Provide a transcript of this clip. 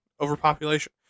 overpopulation